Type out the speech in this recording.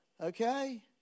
Okay